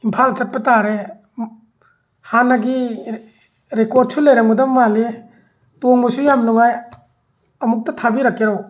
ꯏꯝꯐꯥꯜ ꯆꯠꯄ ꯇꯥꯔꯦ ꯍꯥꯟꯅꯒꯤ ꯔꯦꯀꯣꯠꯁꯨ ꯂꯩꯔꯝꯒꯗꯕ ꯃꯥꯜꯂꯤ ꯇꯣꯡꯕꯁꯨ ꯌꯥꯝ ꯅꯨꯡꯉꯥꯏ ꯑꯃꯨꯛꯇ ꯊꯥꯕꯤꯔꯛꯀꯦꯔꯣ